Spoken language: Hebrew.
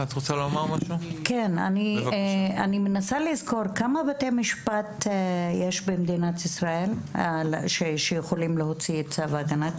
אני מנסה לזכור כמה בתי משפט יש במדינת ישראל שיכולים להוציא צו הגנה.